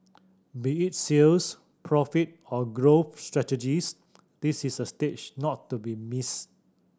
be it sales profit or growth strategies this is a stage not to be missed